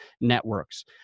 networks